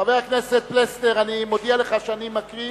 חבר הכנסת פלסנר, אני מודיע לך שאני מקריא